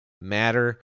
matter